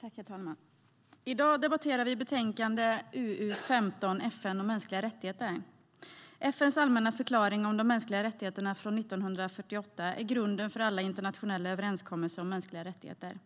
Herr talman! I dag debatterar vi betänkandet 2014/15:UU15 FN och mänskliga rättigheter i svensk utrikespolitik . FN:s allmänna förklaring om de mänskliga rättigheterna från 1948 är grunden för alla internationella överenskommelser om mänskliga rättigheter.